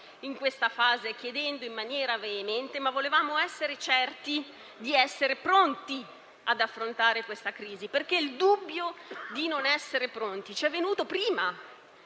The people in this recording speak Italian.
in questa fase, chiedendo in maniera veemente, ma volevamo essere certi di essere pronti ad affrontare questa crisi. Questo perché il dubbio di non essere pronti ci è venuto prima